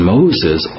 Moses